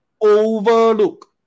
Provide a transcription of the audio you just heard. Overlook